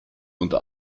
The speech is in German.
unter